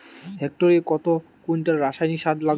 হেক্টরে কত কুইন্টাল রাসায়নিক সার লাগবে?